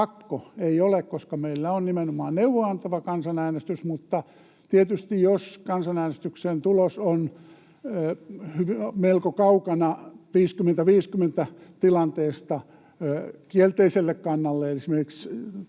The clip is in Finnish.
Pakko ei ole, koska meillä on nimenomaan neuvoa-antava kansanäänestys, mutta tietysti jos kansanäänestyksen tulos on melko kaukana 50—50-tilanteesta kielteiselle kannalle — esimerkiksi